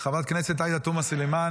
חברת הכנסת עאידה תומא סלימאן,